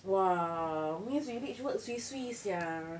!wah! means you reach work swee swee sia